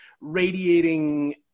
radiating